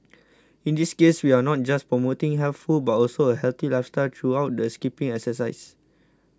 in this case we are not just promoting healthy food but also a healthy lifestyle through the skipping exercise